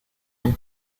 and